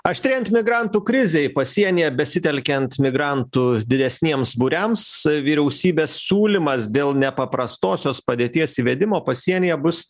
aštrėjant migrantų krizei pasienyje besitelkiant migrantų didesniems būriams vyriausybės siūlymas dėl nepaprastosios padėties įvedimo pasienyje bus